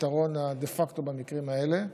הפתרון דה פקטו במקרים האלה.